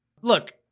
Look